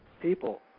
people